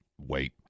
wait